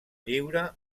lliure